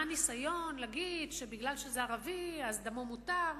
מה הניסיון להגיד שבגלל שזה ערבי אז דמו מותר?